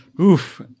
Oof